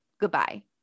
Goodbye